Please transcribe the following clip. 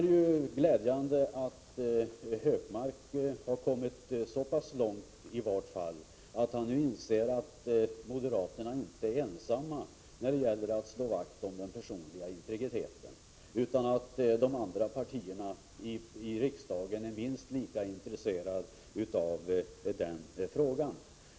Det är glädjande att Hökmark nu i varje fall har kommit så långt att han inser att moderaterna inte är ensamma när det gäller att slå vakt om den personliga integriteten utan att de andra partierna i riksdagen är minst lika intresserade av den frågan.